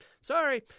Sorry